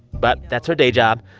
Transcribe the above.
but that's her day job.